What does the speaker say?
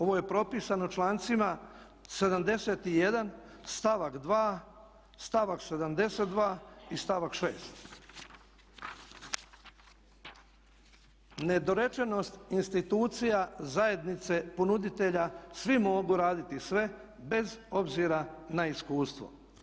Ovo je propisano člancima 71. stavak 2., stavak 72. i stavak 6. Nedorečenost institucija zajednice ponuditelja svi mogu raditi sve bez obzira na iskustvo.